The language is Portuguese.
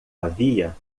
havia